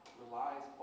relies